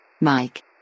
Mike